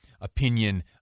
opinion